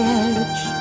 edge